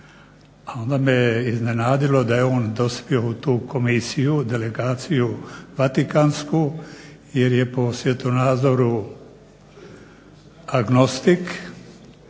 onda me je iznenadilo da je on dospio u tu komisiju, delegaciju Vatikansku jer je po svjetonazoru agnostik,